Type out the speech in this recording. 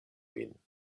min